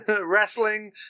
Wrestling